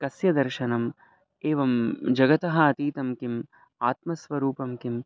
कस्य दर्शनम् एवं जगतः अतीतं किम् आत्मस्वरूपं किम्